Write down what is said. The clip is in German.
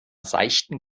seichten